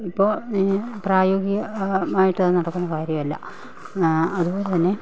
ഇപ്പോൾ പ്രായോഗികമായിട്ട് അത് നടക്കുന്ന കാര്യമല്ല അതുപോലെ തന്നെ